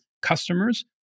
customers